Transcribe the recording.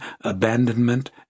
abandonment